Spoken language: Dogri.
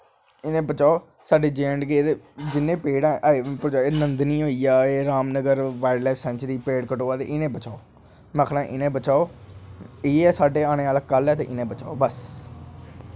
इ'नेंगी बचाओ साढ़े जे ऐंड़ के ते जेह्ड़े बी हाईवे नंदनी होईया रामनगर बार्ल्डलाईफ सैंचरी इत्थें पेड़ कटोआ दे इ'नेंगी बचाओ में आखनां इनेंगी बचाओ इ'यै साढ़े आनें आह्ला कल्ल ते इ'नेंगी बचाओ बस